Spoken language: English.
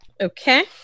Okay